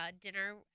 dinner